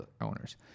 owners